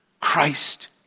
Christ